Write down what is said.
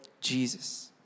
Jesus